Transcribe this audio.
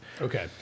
Okay